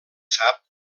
sap